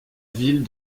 ville